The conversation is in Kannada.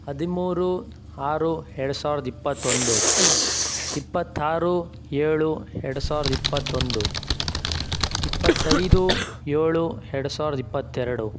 ಹದಿಮೂರು ಆರು ಎರಡು ಸಾವಿರದ ಇಪ್ಪತ್ತೊಂದು ಇಪ್ಪತ್ತಾರು ಏಳು ಎರಡು ಸಾವಿರದ ಇಪ್ಪತ್ತೊಂದು ಇಪ್ಪತ್ತೈದು ಏಳು ಎರಡು ಸಾವಿರದ ಇಪ್ಪತ್ತೆರಡು